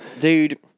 dude